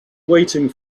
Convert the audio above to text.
waiting